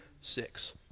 six